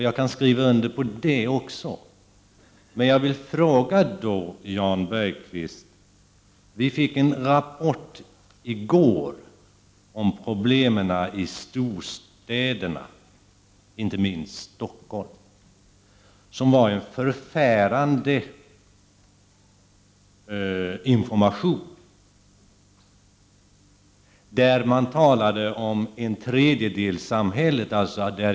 Jag kan skriva under även på det. I går fick vi en rapport om problemen i storstäderna, inte minst i Stockholm, och det var en förfärande information. Man talade om tredjedelssamhället.